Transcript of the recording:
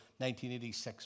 1986